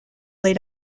laid